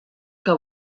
que